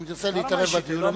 אם תרצה להתערב בדיון,